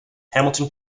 hamilton